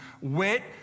Wet